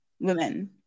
women